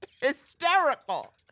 hysterical